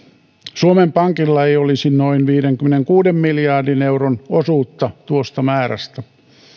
suomen pankilla olisi noin viidenkymmenenkuuden miljardin euron osuutta tuosta määrästä